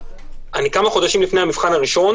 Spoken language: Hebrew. כמה חודשים לפני המבחן הראשון